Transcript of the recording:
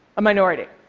a minority.